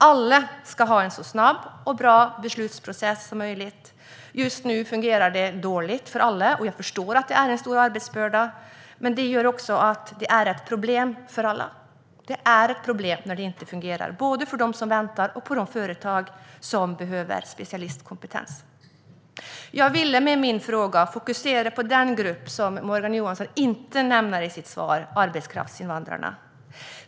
Alla ska ha en så snabb och bra beslutsprocess som möjligt. Just nu fungerar det dåligt för alla. Jag förstår att det är en stor arbetsbörda, men det gör också att det är ett problem för alla. Det är ett problem när det inte fungerar, och det är det både för dem som väntar och för de företag som behöver specialistkompetens. Jag ville med min fråga fokusera på den grupp som Morgan Johansson inte nämner i sitt svar, nämligen arbetskraftsinvandrarna.